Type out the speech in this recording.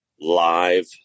live